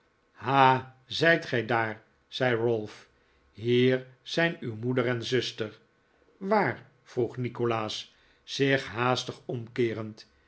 ah zijt gij daar zei ralph hier zijn uw moeder en zuster waar vroeg nikolaas zich haastig omkeerend